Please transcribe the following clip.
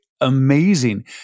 amazing